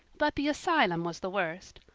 but the asylum was the worst.